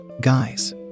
Guys